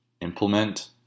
Implement